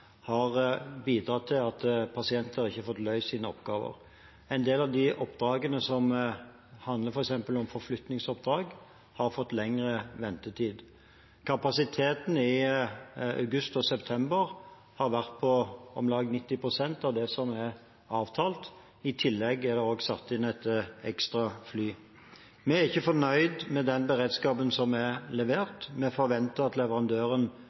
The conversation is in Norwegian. kapasiteten bidratt til at pasienter ikke har fått løst sine oppgaver. En del av oppdragene, f.eks. forflyttingsoppdrag, har fått lengre ventetid. Kapasiteten i august og september har vært på om lag 90 pst. av det som er avtalt. I tillegg er det også satt inn et ekstra fly. Vi er ikke fornøyd med den beredskapen som er levert. Vi forventer at leverandøren